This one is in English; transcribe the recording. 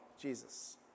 Jesus